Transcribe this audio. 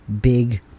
big